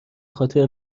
خاطر